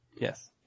Yes